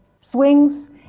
swings